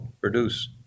produce